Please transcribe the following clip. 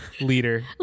leader